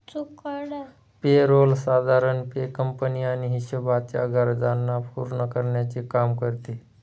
पे role साधारण पणे कंपनी आणि हिशोबाच्या गरजांना पूर्ण करण्याचे काम करते